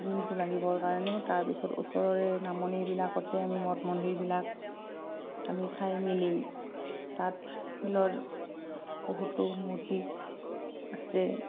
দিনটো লাগিবৰ কাৰণে তাৰপিছত ওচৰৰে নামনিবিলাকতে আমি মঠ মন্দিৰবিলাক আমি চাই মেলি বহুতো মূৰ্তি আছে